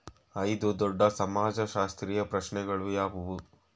ಐದು ದೊಡ್ಡ ಸಮಾಜಶಾಸ್ತ್ರೀಯ ಪ್ರಶ್ನೆಗಳು ಯಾವುವು?